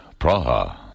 Praha